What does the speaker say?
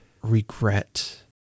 regret